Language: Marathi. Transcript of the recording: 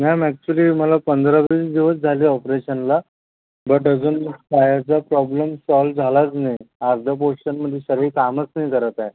मॅम ऍक्च्युली मला पंधरा वीस दिवस झाले ऑपरेशनला बट अजून पायाचा प्रॉब्लेम सॉल्व्ह झालाच नाही अर्ध्या पोरशनमधून शरीर कामच नाही करत आहे